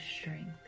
strength